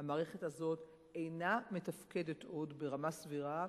המערכת הזאת אינה מתפקדת עוד ברמה סבירה